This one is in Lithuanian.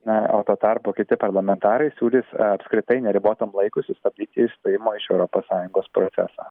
na o tuo tarpu kiti parlamentarai siūlys a apskritai neribotam laikui sustabdyt išstojimo iš europos sąjungos procesą